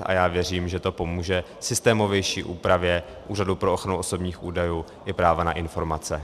A já věřím, že to pomůže systémovější úpravě Úřadu pro ochranu osobních údajů i práva na informace.